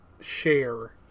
share